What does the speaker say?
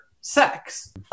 sex